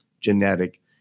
genetic